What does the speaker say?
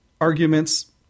arguments